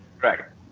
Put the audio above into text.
Correct